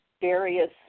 various